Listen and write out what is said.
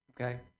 Okay